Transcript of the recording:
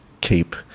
keep